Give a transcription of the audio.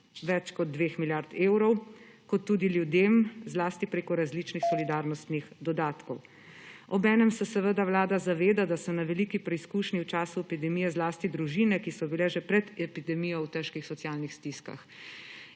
več kot 2 milijard evrov, kot tudi ljudem, zlasti preko različnih solidarnostnih dodatkov. Obenem se seveda vlada zaveda, da so na veliki preizkušnji v času epidemije zlasti družine, ki so bile že pred epidemijo v težkih socialnih stiskah.